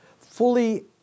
fully